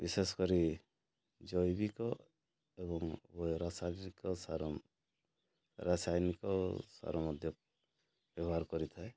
ବିଶେଷ କରି ଜୈବିକ ଏବଂ ରାସାୟନିକ ସାର ରାସାୟନିକ ସାର ମଧ୍ୟ ବ୍ୟବହାର କରିଥାଏ